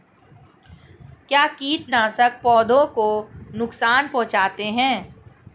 क्या कीटनाशक पौधों को नुकसान पहुँचाते हैं?